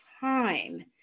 time